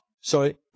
sorry